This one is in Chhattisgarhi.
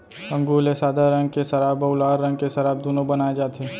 अंगुर ले सादा रंग के सराब अउ लाल रंग के सराब दुनो बनाए जाथे